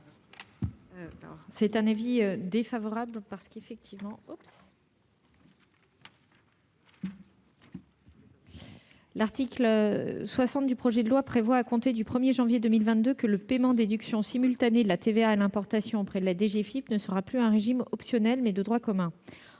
est l'avis du Gouvernement ? L'article 60 du projet de loi prévoit, à compter du 1 janvier 2022, que le paiement en déduction simultanée de la TVA à l'importation auprès de la DGFiP ne sera plus un régime optionnel, mais de droit commun.